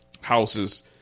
houses